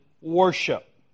worship